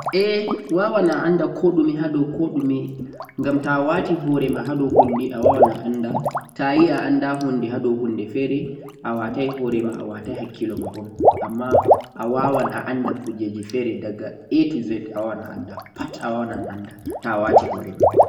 Awawan a anda koɗume hado koh ɗume ngam toàtiiɗe ha do hunde ayiɗe a anda toh a andai. Taàyi a anda hunde toh anɗon awatai horema